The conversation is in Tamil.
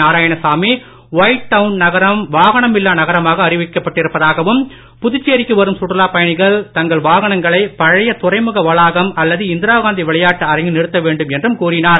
நாராயணசாமி ஒய்ட் டவுன் நகரம் வாகனமில்லா நகரமாக அறிவிக்கப்பட்டிருப்பதாகவும் புதுச்சேரிக்கு வரும் சுற்றுலாப் பயணிகள் தங்கள் வாகனங்களை பழைய துறைமுக வளாகம் அல்லது இந்திராகாந்தி விளையாட்டு அரங்கில் நிறுத்த வேண்டும் என்றும் கூறினார்